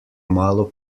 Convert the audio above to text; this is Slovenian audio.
malo